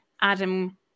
Adam